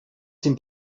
den